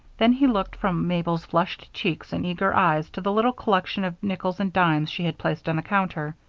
then he looked from mabel's flushed cheeks and eager eyes to the little collection of nickels and dimes she had placed on the counter.